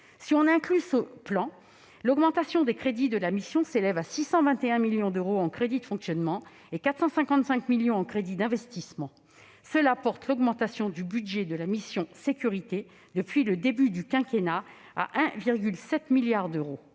Si l'on inclut ce plan, l'augmentation des crédits de la mission s'élève à 621 millions d'euros en crédits de fonctionnement et à 455 millions d'euros en crédits d'investissement. Cela porte l'augmentation du budget de la mission « Sécurités » à 1,7 milliard d'euros